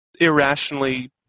irrationally